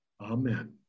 Amen